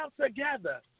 together